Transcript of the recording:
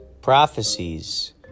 prophecies